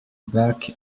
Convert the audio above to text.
back